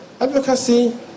Advocacy